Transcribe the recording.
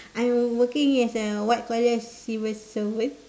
I'm working as a what you call that civil servant